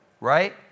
right